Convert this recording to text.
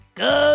go